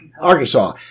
arkansas